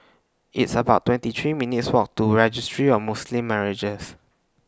It's about twenty three minutes' Walk to Registry of Muslim Marriages